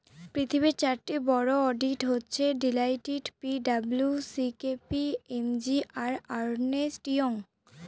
পৃথিবীর চারটি বড়ো অডিট হচ্ছে Deloitte P W C K P M G আর আর্নেস্ট ইয়ং